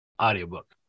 audiobook